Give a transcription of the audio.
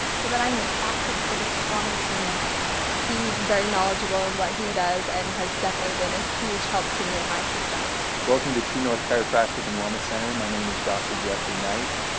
so that i'm the fastest, fittest, strongest woman i can be. he's very knowledgeable in what he does and has definitely been a huge help to me and my success. welcome to true north chiropractic and wellness center. my name is dr. jeffrey knight.